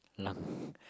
lung